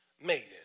maiden